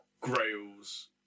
Grails